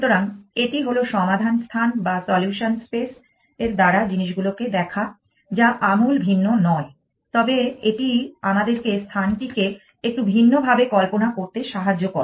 সুতরাং এটি হল সমাধান স্থান বা সলিউশন স্পেস এর দ্বারা জিনিসগুলোকে দেখা যা আমূল ভিন্ন নয় তবে এটি আমাদেরকে স্থানটিকে একটু ভিন্নভাবে কল্পনা করতে সাহায্য করে